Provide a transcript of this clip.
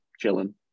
chilling